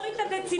התפרצויות.